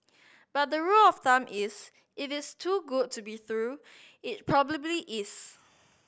but the rule of thumb is if is too good to be true it probably is